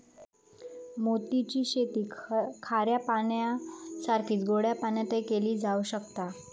मोती ची शेती खाऱ्या पाण्यासारखीच गोड्या पाण्यातय केली जावक शकता